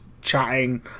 chatting